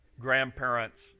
grandparents